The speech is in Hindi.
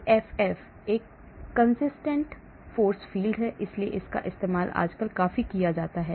सीएफएफ कंसिस्टेंट फोर्स फील्ड इसलिए इसका इस्तेमाल आजकल काफी किया जाता है